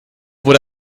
wurde